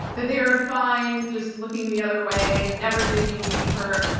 that they are fine just looking the other way, never digging deeper.